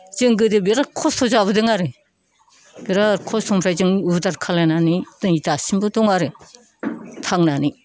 जों गोदो बिराद खस्थ' जाबोदों आरो बिराद खस्थ'निफ्राय जों उद्धार खालायनानै नै दासिमबो दं आरो थांनानै